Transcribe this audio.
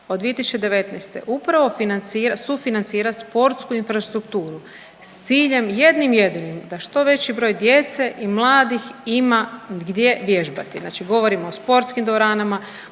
od 2019. upravo financira, sufinancira sportsku infrastrukturu s ciljem jednim jedinim da što veći broj djece i mladih ima gdje vježbati. Znači govorimo o sportskim dvoranama,